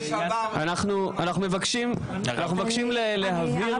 אנחנו מבקשים להבהיר